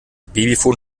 babyphone